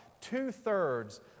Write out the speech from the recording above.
Two-thirds